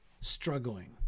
struggling